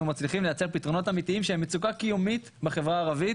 מצליחים ליצור פתרונות אמיתיים שהם מצוקה קיומית בחברה הערבית.